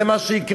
זה מה שיקרה.